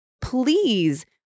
Please